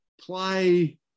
play